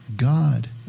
God